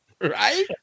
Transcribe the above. Right